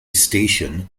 station